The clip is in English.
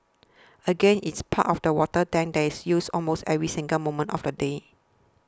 again it's part of the water tank that is used almost every single moment of the day